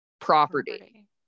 property